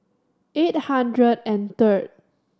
eight hundred and third